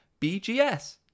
BGS